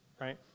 right